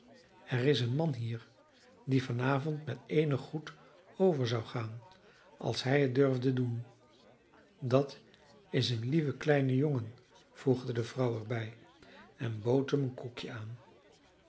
er is een man hier die van avond met eenig goed over zou gaan als hij het durfde doen dat is een lieve kleine jongen voegde de vrouw er bij en bood hem een koekje aan